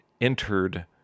entered